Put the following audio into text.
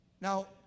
Now